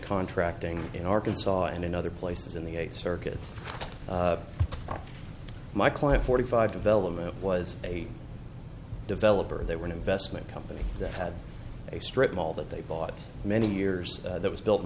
contracting in arkansas and in other places in the eight circuits my client forty five development was a developer they were an investment company that had a strip mall that they bought many years that was built